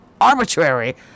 arbitrary